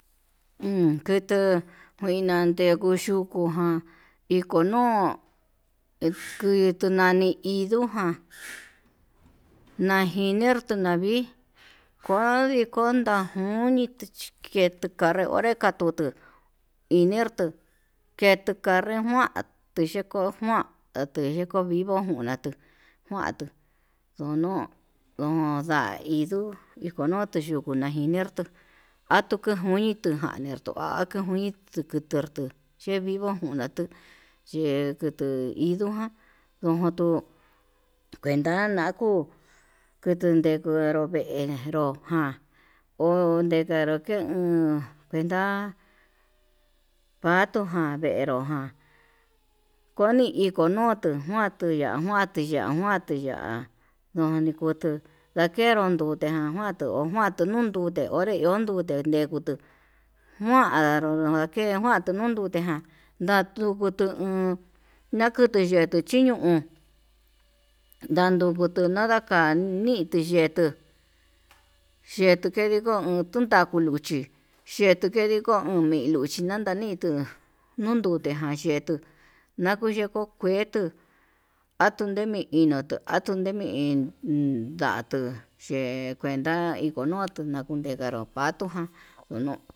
Uun kutu kuinande kuu yukuu, ján iko nuu en kui kuu nani hídujan najiner tundavii konde uni chí kendo kanri onré katutu inertuu kenro kuane ngua tiyeko mua'a ateyeko vivo njuna'a atu kuandu, ndono ondai nduu ikonutu yuku najirner tuku junitu jarneto ha'a kujuin tuter tertu yee vivo njunda tuu ye'e kutu indoján kojuntuu kuenta nakuu, kutun ndekanro venró ján ovekanro juun kuenta patoján venró ján koni iko no'oto juantuya juantuya najuanduya ndon kutuu ndekenro nrute ján ojuanduu ojuanduu nuu nadute onré iho tute nrekutu njuanró ndake njuandu nondute ján ndatutu uun nakutu yetuu chinuu uun ndadukutu kanda nda ndituu yetuu, yetuu kendito undunda kuluchi yetuu kendiko uun mi luchi ndanda ni'í tuu nundute ján chetuu nakuu yeko kuetuu atuu nemi indoto atumi iin iin datuu yee kuenta, ikonutu ndakunde nró panró ján kunuu.